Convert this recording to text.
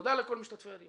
תודה לכל משתתפי הדיון.